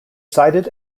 sited